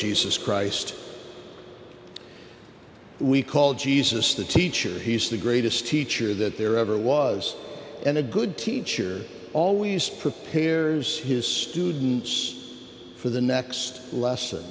jesus christ we call jesus the teacher he's the greatest teacher that there ever was and a good teacher always prepares his students for the next lesson